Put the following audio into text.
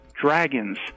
dragons